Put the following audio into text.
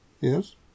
Yes